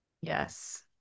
Yes